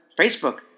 Facebook